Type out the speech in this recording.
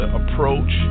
approach